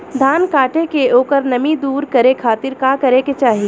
धान कांटेके ओकर नमी दूर करे खाती का करे के चाही?